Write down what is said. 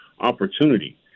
opportunity